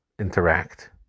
interact